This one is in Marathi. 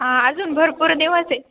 हां अजून भरपूर दिवस आहे